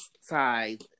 side